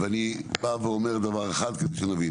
ואני בא ואומר דבר אחד כדי שנבין.